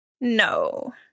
No